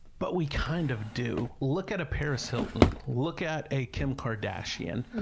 but we kind of do. look at a paris hilton, look at a kim kardashian.